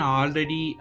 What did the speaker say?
already